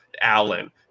Allen